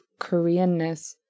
Koreanness